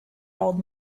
old